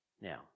Now